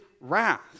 wrath